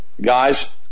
guys